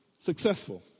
successful